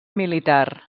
militar